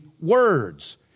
words